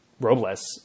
Robles